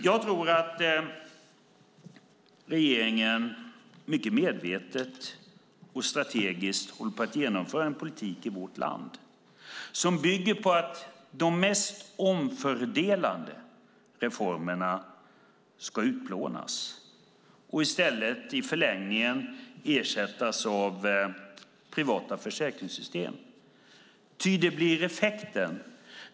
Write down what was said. Jag tror att regeringen mycket medvetet och strategiskt håller på att genomföra en politik i vårt land som bygger på att de mest omfördelande reformerna ska utplånas och i förlängningen ersättas av privata försäkringssystem. Det blir effekten.